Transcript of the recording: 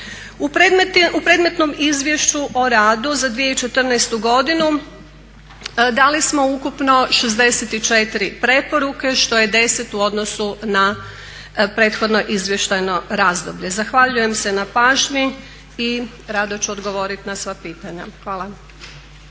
U predmetnom izvješću o radu za 2014. godinu dali smo ukupno 64 preporuke što je 10 u odnosu na prethodno izvještajno razdoblje. Zahvaljujem se na pažnji i rado ću odgovoriti na sva pitanja. Hvala.